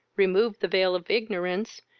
removed the veil of ignorance,